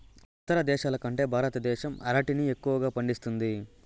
ఇతర దేశాల కంటే భారతదేశం అరటిని ఎక్కువగా పండిస్తుంది